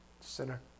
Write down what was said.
sinner